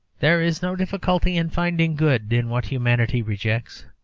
there is no difficulty in finding good in what humanity rejects.